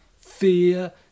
fear